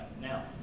now